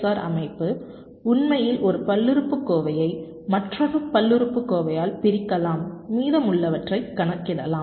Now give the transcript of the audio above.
R அமைப்பு உண்மையில் ஒரு பல்லுறுப்புக்கோவையை மற்றொரு பல்லுறுப்புக்கோவையால் பிரிக்கலாம் மீதமுள்ளவற்றைக் கணக்கிடலாம்